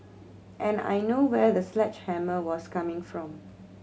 and I know where the sledgehammer was coming from